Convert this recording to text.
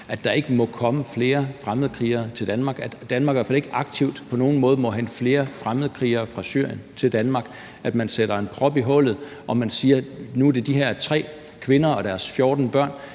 at der ikke må komme flere fremmedkrigere til Danmark; at Danmark i hvert fald ikke aktivt på nogen måde må hente flere fremmedkrigere fra Syrien til Danmark; at man sætter en prop i hullet; og at man siger, at nu er der kommet de her tre kvinder og deres børn,